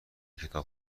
کتاب